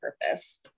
purpose